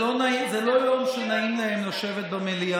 מה, הם עסוקים, השרים?